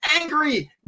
angry